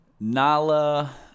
Nala